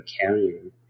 carrying